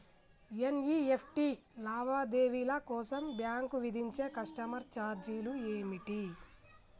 NEFT లావాదేవీల కోసం bank విధించే కస్టమర్ ఛార్జీలు ఏమిటి?